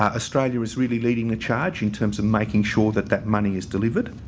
um australia is really leading the charge in terms of making sure that that money is delivered.